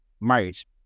marriage